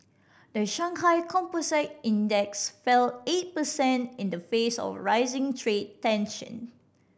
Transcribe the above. the Shanghai Composite Index fell eight percent in the face of rising trade tension